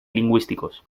lingüísticos